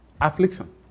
Affliction